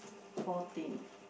fourteen